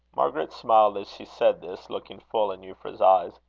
margaret smiled as she said this, looking full in euphra's eyes.